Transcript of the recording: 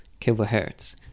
kilohertz